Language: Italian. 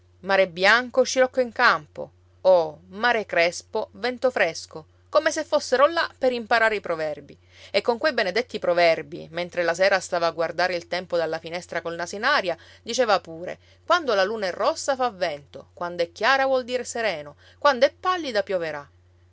mare bianco scirocco in campo o mare crespo vento fresco come se fossero là per imparare i proverbi e con quei benedetti proverbi mentre la sera stava a guardare il tempo dalla finestra col naso in aria diceva pure quando la luna è rossa fa vento quando è chiara vuol dire sereno quando è pallida